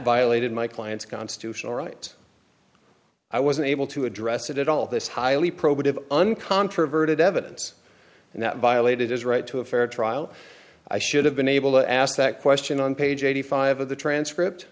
violated my client's constitutional right i wasn't able to address it at all this highly probative uncontroverted evidence and that violated his right to a fair trial i should have been able to ask that question on page eighty five of the transcript